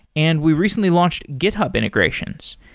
and we recently launched github integrations.